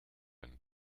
and